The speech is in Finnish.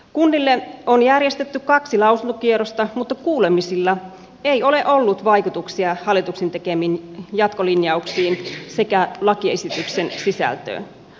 kunnille on järjestetty kaksi lausuntokierrosta mutta kuulemisilla ei ole ollut vaikutuksia hallituksen tekemiin jatkolinjauksiin sekä lakiesityksen sisältöön